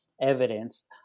evidence